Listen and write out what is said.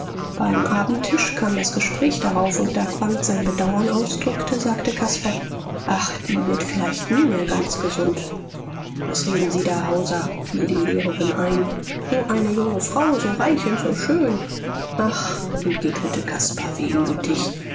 beim abendtisch kam das gespräch darauf und da quandt sein bedauern ausdrückte sagte caspar ach die wird vielleicht nie mehr ganz gesund was reden sie da hauser fiel die lehrerin ein so eine junge frau so reich und so schön ach entgegnete caspar wehmütig